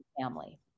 family